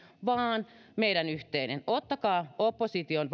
vaan meidän yhteinen ottakaa vaikka opposition